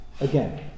again